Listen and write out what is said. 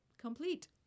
complete